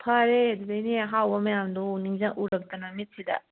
ꯐꯔꯦ ꯑꯗꯨꯗꯒꯤꯅꯦ ꯑꯍꯥꯎꯕ ꯃꯌꯥꯝꯗꯣ ꯎꯔꯛꯇꯅ ꯃꯤꯠꯁꯤꯗ